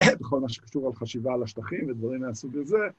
בכל מה שקשור על חשיבה על השטחים ודברים מהסוג הזה